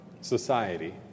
society